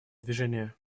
движения